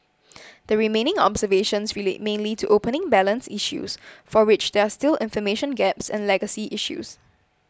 the remaining observations relate mainly to opening balance issues for which there are still information gaps and legacy issues